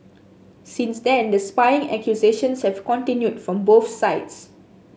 since then the spying accusations have continued from both sides